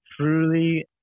truly